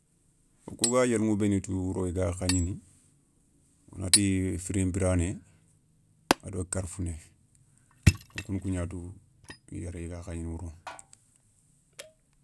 Wo kou ga yéliηu bénou tou i ga khagnéné wonati firinpirané ado karfouné, wokouna kou gna tou yéré i ga khagnéné wouro.